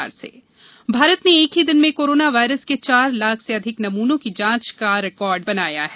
corona जांच record Bharat ने एक ही दिन में कोरोना वायरस के चार लाख से अधिक नमूनों की जांच कर रिकॉर्ड बनाया है